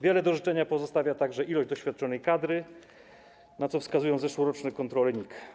Wiele do życzenia pozostawia także ilość doświadczonej kadry, na co wskazują zeszłoroczne kontrole NIK.